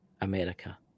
America